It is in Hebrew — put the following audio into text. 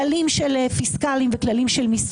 כללים של פיסקלים ושל מיסוי.